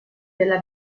della